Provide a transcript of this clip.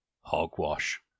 Hogwash